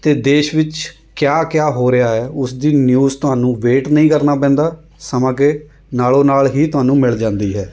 ਅਤੇ ਦੇਸ਼ ਵਿੱਚ ਕਿਆ ਕਿਆ ਹੋ ਰਿਹਾ ਹੈ ਉਸ ਦੀ ਨਿਊਜ਼ ਤੁਹਾਨੂੰ ਵੇਟ ਨਹੀਂ ਕਰਨਾ ਪੈਂਦਾ ਸਮਾਂ ਕਿ ਨਾਲੋਂ ਨਾਲ਼ ਹੀ ਤੁਹਾਨੂੰ ਮਿਲ ਜਾਂਦੀ ਹੈ